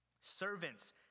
Servants